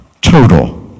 total